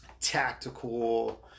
tactical